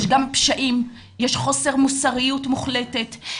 יש גם פשעים, יש חוסר מוסריות מוחלטת.